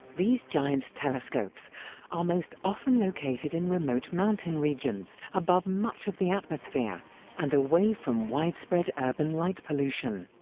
these giant telescopes are most often located in remote mountain regions above much of the atmosphere and away from widespread urban light pollution.